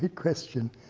question.